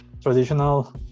traditional